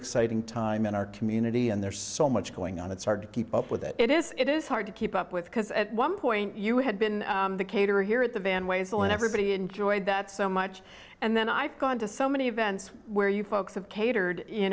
exciting time in our community and there's so much going on it's hard to keep up with it is it is hard to keep up with because at one point you had been the caterer here at the van ways and everybody enjoyed that so much and then i've gone to so many events where you folks have catered you